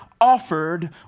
offered